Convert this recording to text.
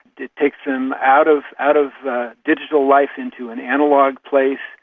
it takes them out of out of digital life into an analogue place,